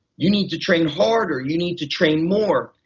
you need to train harder, you need to train more,